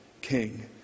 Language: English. king